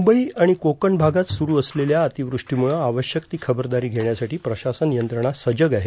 मुंबई आणि कोकण भागात सुरू असलेल्या अतिवृष्टीमुळं आवश्यक ती खबरदारी घेण्यासाठी प्रशासन यंत्रणा सजग आहे